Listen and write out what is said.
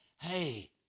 Hey